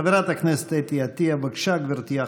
חברת הכנסת אתי עטייה, בבקשה, גברתי.